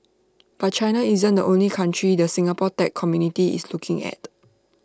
but China isn't only country the Singapore tech community is looking at